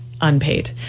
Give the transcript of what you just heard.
Unpaid